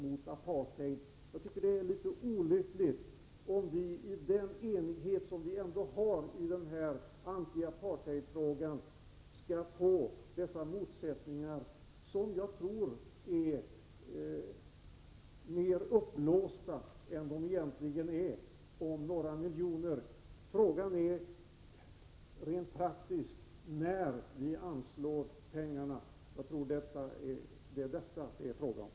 Jag tycker att det är litet olyckligt att vi, trots den enighet som råder i apartheidfrågan, skall få dessa motsättningar — det är några miljoner det gäller — som jag tror i debatten görs större än vad de egentligen är. Frågan om när pengarna skall anslås är rent praktisk.